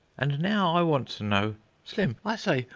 and now i want to know slim, i say,